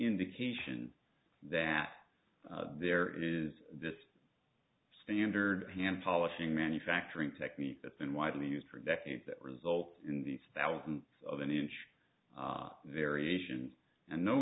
indication that there is this standard hand polishing manufacturing technique that's been widely used for decades that results in these thousands of any huge variation